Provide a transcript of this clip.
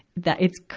that it's cra,